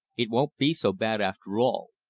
it won't be so bad after all.